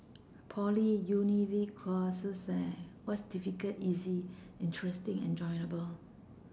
poly univ~ course eh what is difficult easy interesting enjoyable